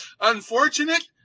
Unfortunate